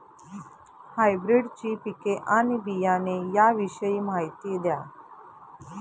हायब्रिडची पिके आणि बियाणे याविषयी माहिती द्या